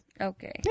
okay